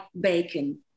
bacon